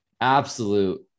Absolute